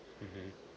mmhmm